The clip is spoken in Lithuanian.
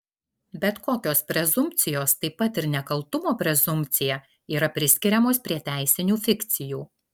bet kokios prezumpcijos taip pat ir nekaltumo prezumpcija yra priskiriamos prie teisinių fikcijų